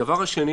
והדבר השני